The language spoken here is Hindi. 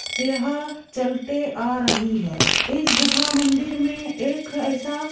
यहाँ चलते आ रही है इस गुफ़ा मंदिर में एक ऐसा